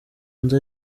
nzu